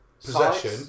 possession